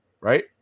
right